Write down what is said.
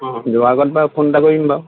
অঁ যোৱাৰ আগত বাৰু ফোন এটা কৰিম বাৰু